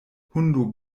hundo